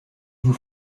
vous